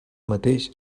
mateix